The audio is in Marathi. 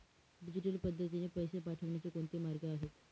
डिजिटल पद्धतीने पैसे पाठवण्याचे कोणते मार्ग आहेत?